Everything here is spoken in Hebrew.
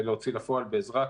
ולהוציא לפועל בעזרת